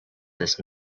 this